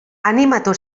animatu